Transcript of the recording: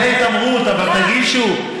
זה התעמרות, אבל תגישו.